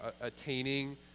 attaining